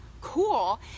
Cool